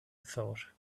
thought